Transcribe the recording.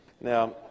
Now